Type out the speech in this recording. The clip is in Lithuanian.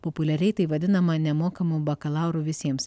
populiariai tai vadinama nemokamu bakalauru visiems